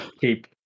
keep